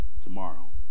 tomorrow